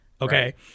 Okay